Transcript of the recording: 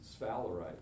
sphalerite